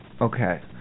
Okay